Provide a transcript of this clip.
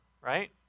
right